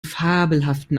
fabelhaften